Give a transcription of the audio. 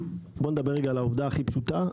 בוא נדבר רגע על העובדה הכי פשוטה,